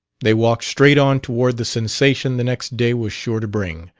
they walked straight on toward the sensation the next day was sure to bring.